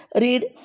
read